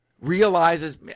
realizes